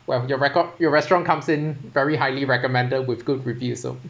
well your record your restaurant comes in very highly recommended with good review so